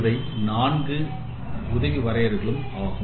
இவை 4 உதவி வரையறைகள் ஆகும்